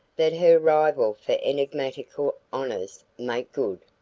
that her rival for enigmatical honors make good.